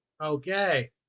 Okay